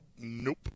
Nope